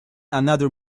another